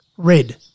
Red